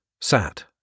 sat